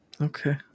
Okay